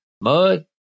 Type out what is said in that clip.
mud